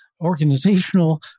organizational